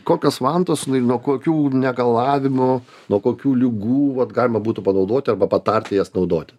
kokios vantos nuo kokių negalavimų nuo kokių ligų vat galima būtų panaudoti arba patarti jas naudoti